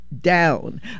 down